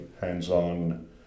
hands-on